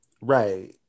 Right